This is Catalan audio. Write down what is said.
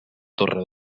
torre